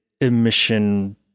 emission